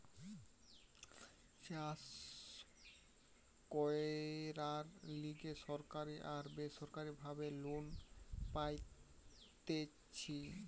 চাষ কইরার লিগে সরকারি আর বেসরকারি ভাবে লোন পাইতেছি